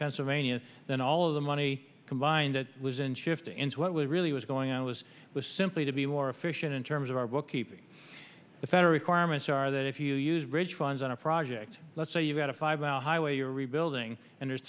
pennsylvania than all of the money combined it was in shifted into what we really was going on was it was simply to be more efficient in terms of our bookkeeping the federal requirements are that if you use bridge funds on a project let's say you've got a five mile highway you're rebuilding and there's